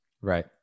Right